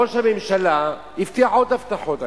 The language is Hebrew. ראש הממשלה הבטיח עוד הבטחות,